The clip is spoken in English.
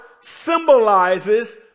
symbolizes